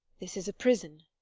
this is a prison?